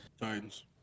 Titans